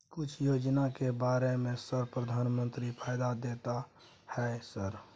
कुछ योजना के बारे में सर प्रधानमंत्री फायदा देता है सर?